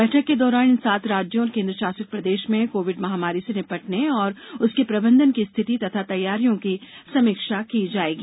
बैठक के दौरान इन सात राज्यों और केन्द्र शासित प्रदेश में कोविड महामारी से निपटने और उसके प्रबंधन की स्थिति तथा तैयारियों की समीक्षा की जाएगी